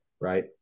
right